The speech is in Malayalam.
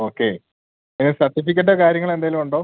ഓക്കെ അതിന് സർട്ടിഫിക്കറ്റൊ കാര്യങ്ങളോ എന്തെങ്കിലുമുണ്ടോ